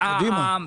קדימה.